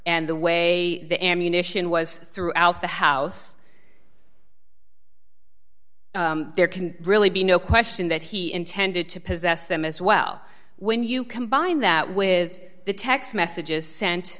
and the way the ammunition was throughout the house there can really be no question that he intended to possess them as well when you combine that with the text messages sent